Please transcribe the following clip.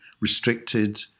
restricted